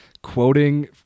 quoting